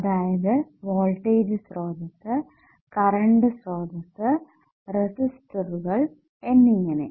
അതായത് വോൾടേജ് സ്രോതസ്സ് കറണ്ട് സ്രോതസ്സ് റെസിസ്റ്ററുകൾ എന്നിങ്ങനെ